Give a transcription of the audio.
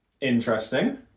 Interesting